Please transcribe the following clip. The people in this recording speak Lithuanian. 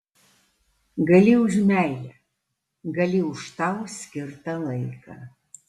gali už meilę gali už tau skirtą laiką